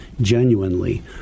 genuinely